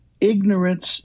ignorance